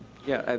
yeah,